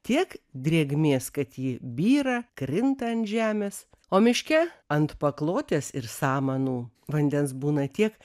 tiek drėgmės kad ji byra krinta ant žemės o miške ant paklotės ir samanų vandens būna tiek